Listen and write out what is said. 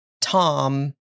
Tom